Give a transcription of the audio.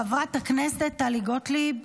חברת הכנסת טלי גוטליב.